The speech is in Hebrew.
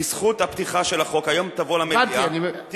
בזכות הפתיחה של החוק, היום תבוא למליאה, הבנתי.